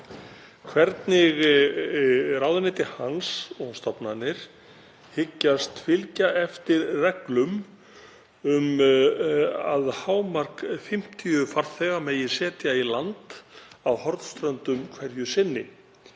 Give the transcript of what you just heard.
hvernig ráðuneyti hans og stofnanir hyggist fylgja eftir reglum um að hámark 50 farþega megi setja í land á Hornströndum hverju sinni.